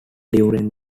during